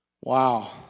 Wow